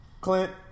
Clint